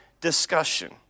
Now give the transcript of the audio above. discussion